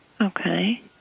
Okay